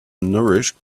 nourished